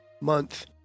month